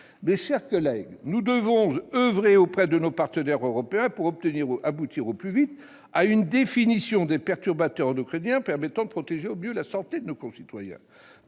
Mes chers collègues, nous devons oeuvrer auprès de nos partenaires européens pour aboutir au plus vite à une définition des perturbateurs endocriniens permettant de protéger au mieux la santé de nos concitoyens.